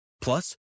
Plus